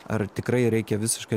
ar tikrai reikia visiškai